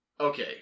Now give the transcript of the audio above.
Okay